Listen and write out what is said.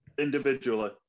individually